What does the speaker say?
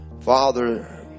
Father